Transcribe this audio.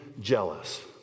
jealous